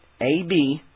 AB